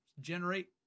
generate